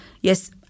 yes